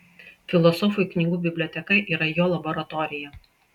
filosofui knygų biblioteka yra jo laboratorija